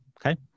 okay